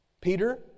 Peter